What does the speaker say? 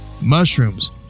Mushrooms